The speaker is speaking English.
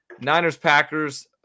Niners-Packers –